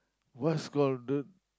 what's call the